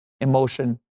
emotion